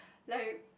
like